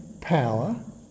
power